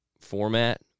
format